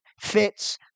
fits